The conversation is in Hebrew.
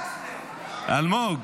--- אלמוג.